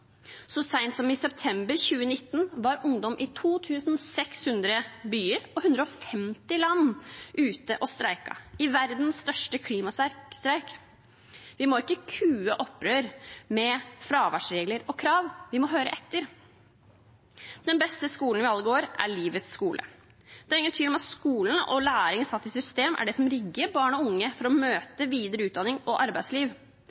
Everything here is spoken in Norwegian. Så seint som i september 2019 var ungdom i 2 600 byer og 150 land ute og streiket i verdens største klimastreik. Vi må ikke kue opprør med fraværsregler og krav – vi må høre etter. Den beste skolen vi alle går på, er livets skole. Det er ingen tvil om at skolen og læring satt i system er det som rigger barn og unge for å møte videre utdanning og arbeidsliv.